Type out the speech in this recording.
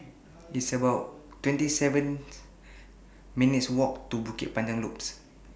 It's about twenty seven minutes' Walk to Bukit Panjang Loop